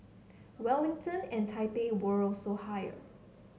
Wellington and Taipei were also higher